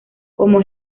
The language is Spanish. como